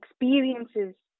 experiences